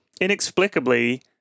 inexplicably